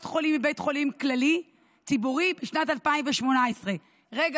החולים בבית חולים כללי ציבורי בשנת 2018 רגע,